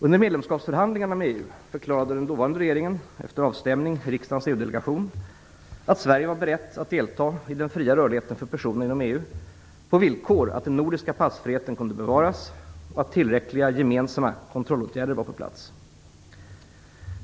Under medlemskapsförhandlingarna med EU förklarade den dåvarande regeringen, efter avstämning i riksdagens EU-delegation, att Sverige var berett att delta i den fria rörligheten för personer inom EU på villkor att den nordiska passfriheten kunde bevaras och att tillräckliga gemensamma kontrollåtgärder var på plats.